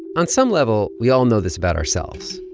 on some level, we all know this about ourselves.